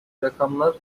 rakamlar